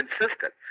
consistent